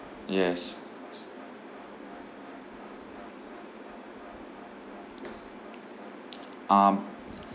yes um